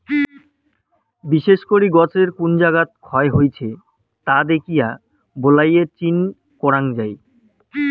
বিশেষ করি গছের কুন জাগাত ক্ষয় হইছে তা দ্যাখিয়া বালাইয়ের চিন করাং যাই